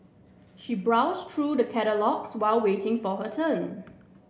she browse through the catalogues while waiting for her turn